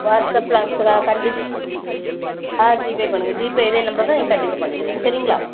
வாட்ஸ்அப்பில் அனுப்பவா கண்டிப்பாக ஆ ஜிபே பண்ணுங்கள் ஜிபே இதே நம்பர் தான் நீங்கள் கண்டிப்பாக பண்ணிருங்க சரிங்களா